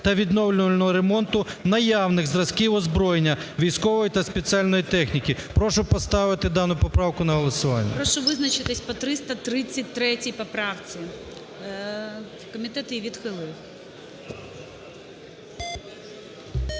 та відновлювального ремонту наявних зразків озброєння військової та спеціальної техніки. Прошу поставити дану поправку на голосування. ГОЛОВУЮЧИЙ. Прошу визначитись по 333 поправці. Комітет її відхилив.